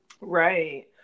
Right